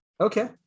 Okay